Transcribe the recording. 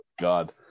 god